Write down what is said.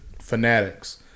fanatics